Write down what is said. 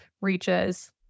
reaches